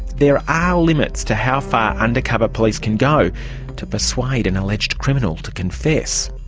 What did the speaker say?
there are limits to how far undercover police can go to persuade an alleged criminal to confess.